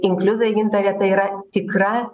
inkliuzai gintare tai yra tikra